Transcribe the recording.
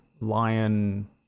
lion